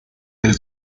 del